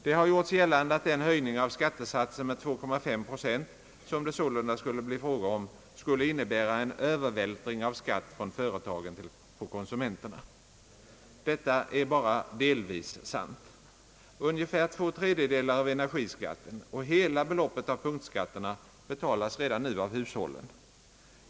Det har gjorts gällande att den höjning av skattesatsen med 2,5 procent som det således skulle bli fråga om skulle innebära en övervältring av skatt från företagen på konsumenterna. Detta är bara delvis sant. Ungefär två tredjedelar av energiskatten och hela beloppet av punktskatterna betalas redan nu av hushållen.